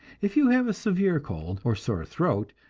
if you have a severe cold or sore throat,